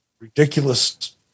ridiculous